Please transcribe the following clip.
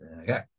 Okay